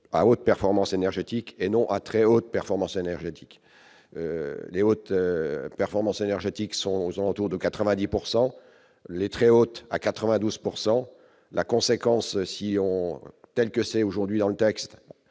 à haute performance énergétique et non à très haute performance énergétique et haute performance énergétique sont aux alentours de 90 pourcent les très hautes, à 92 pourcent la conséquence si on telle que c'est aujourd'hui dans le texte